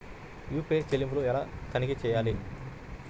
UPI చెల్లింపులు ఎలా తనిఖీ చేయాలి?